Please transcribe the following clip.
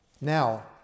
Now